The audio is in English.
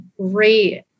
great